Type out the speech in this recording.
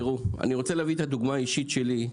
אני רוצה להביא את הדוגמה האישית שלי.